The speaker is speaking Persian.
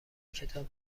کتاب